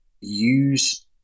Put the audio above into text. Use